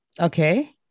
Okay